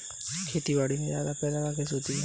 खेतीबाड़ी में ज्यादा पैदावार कैसे होती है?